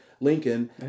Lincoln